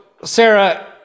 Sarah